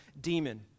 demon